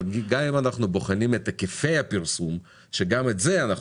אבל גם אם אנחנו בוחנים את היקפי הפרסום שגם את זה אנחנו